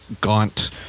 gaunt